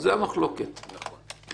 אני מדברת על מקרים שאינם בני משפחה.